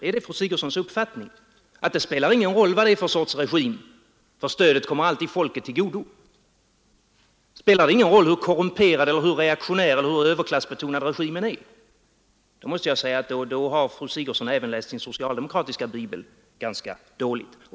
Är det fru Sigurdsens uppfattning att det inte spelar någon roll vilken sorts regim ett land har, därför att stödet alltid kommer till nytta? Har fru Sigurdsen den uppfattningen att det inte spelar någon roll hur korrumperad, hur reaktionär eller hur överklassbetonad regimen är — då har fru Sigurdsen även läst sin socialdemokratiska bibel ganska dåligt.